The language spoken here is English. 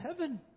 heaven